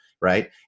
right